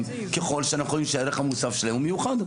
ככל שאנחנו חושבים שהערך המוסף שלהם הוא מיוחד.